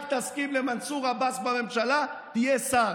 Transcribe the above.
רק תסכים למנסור עבאס בממשלה, תהיה שר.